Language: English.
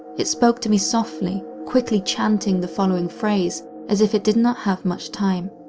it spoke to me softly, quickly chanting the following phrase, as if it did not have much time.